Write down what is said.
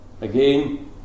Again